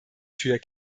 tür